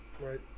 right